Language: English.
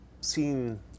seen